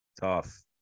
Tough